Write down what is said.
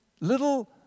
little